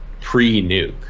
pre-Nuke